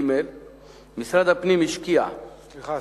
משרד הפנים השקיע, סליחה.